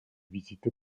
visite